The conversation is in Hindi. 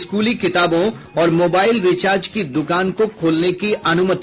स्कूली किताबों और मोबाईल रिचार्ज की दुकान को खोलने की अनुमति